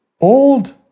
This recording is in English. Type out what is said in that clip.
Old